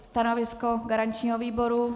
Stanovisko garančního výboru?